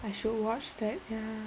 I should watch that ya